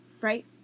Right